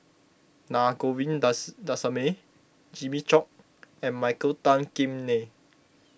Na Jimmy Chok and Michael Tan Kim Nei